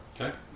Okay